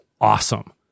awesome